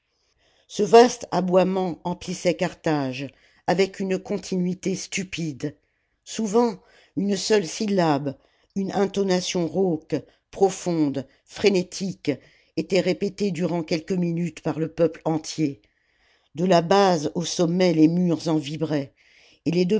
ce vaste aboiement emphssalt carthage avec une continuité stupide souvent une seule syllabe une intonation rauque profonde frénétique était répétée durant quelques minutes par le peuple entier de la base au sommet les murs en vibraient et les